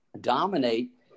dominate